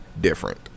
different